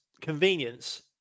convenience